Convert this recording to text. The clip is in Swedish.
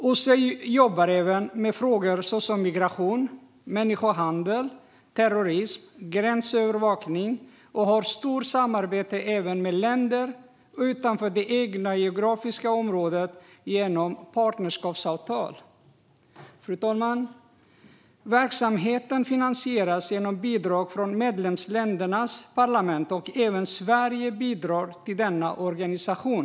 OSSE jobbar även med frågor om migration, människohandel, terrorism och gränsövervakning och har ett stort samarbete även med länder utanför det egna geografiska området genom partnerskapsavtal. Fru talman! Verksamheten finansieras genom bidrag från medlemsländernas parlament, och även Sverige bidrar till denna organisation.